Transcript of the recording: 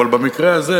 אבל במקרה הזה